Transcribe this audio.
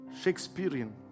Shakespearean